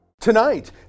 Tonight